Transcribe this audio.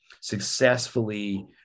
successfully